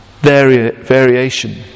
variation